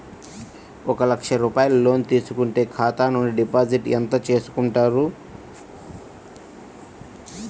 ఒక లక్ష రూపాయలు లోన్ తీసుకుంటే ఖాతా నుండి డిపాజిట్ ఎంత చేసుకుంటారు?